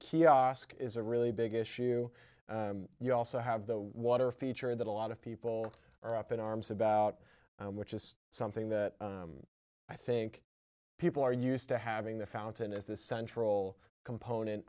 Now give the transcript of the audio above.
kiosk is a really big issue you also have the water feature that a lot of people are up in arms about which is something that i think people are used to having the fountain is the central component